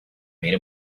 made